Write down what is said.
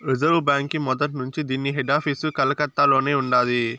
reserve బాంకీ మొదట్నుంచీ దీన్ని హెడాపీసు కలకత్తలోనే ఉండాది